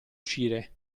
uscire